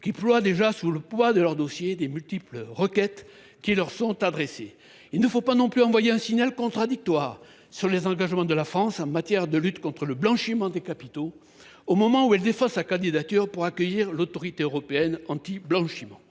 qui ploient déjà sous le poids de leurs dossiers et des multiples requêtes qui leur sont adressées. Il ne faut pas non plus envoyer un signal contradictoire quant aux engagements de la France en matière de lutte antiblanchiment au moment où elle défend sa candidature pour accueillir l’Autorité européenne de lutte